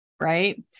right